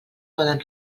poden